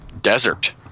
desert